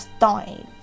died